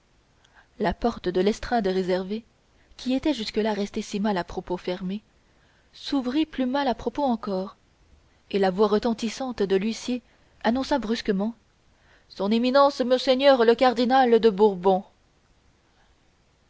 la porte de l'estrade réservée qui était jusque-là restée si mal à propos fermée s'ouvrit plus mal à propos encore et la voix retentissante de l'huissier annonça brusquement son éminence monseigneur le cardinal de bourbon